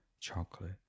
chocolate